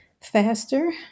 faster